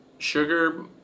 sugar